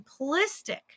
simplistic